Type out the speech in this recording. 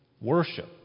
worship